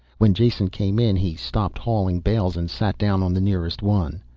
when jason came in he stopped hauling bales and sat down on the nearest one.